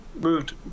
moved